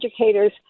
educators